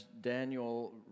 Daniel